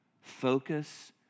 focus